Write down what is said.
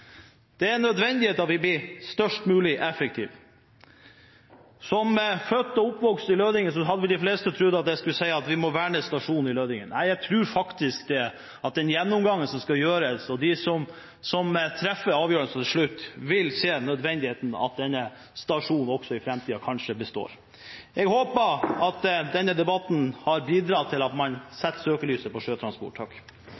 Det er en nødvendighet at vi blir mest mulig effektive. Ettersom jeg er født og oppvokst i Lødingen, hadde vel de fleste trodd at jeg skulle si at vi må verne stasjonen i Lødingen. Nei, jeg tror faktisk at de som treffer avgjørelsen til slutt, etter den gjennomgangen som skal gjøres, vil se nødvendigheten av at denne stasjonen kanskje består også i framtiden. Jeg håper at denne debatten har bidratt til at man